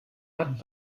hat